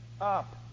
up